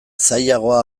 zailagoa